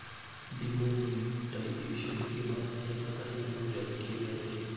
demonetisation के बाद नए प्रकार के नोट जारी किए गए थे